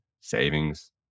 savings